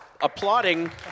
applauding